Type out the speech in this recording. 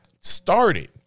started